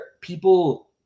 people